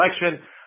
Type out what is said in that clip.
election